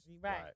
Right